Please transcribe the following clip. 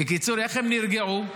בקיצור, איך הם נרגעו?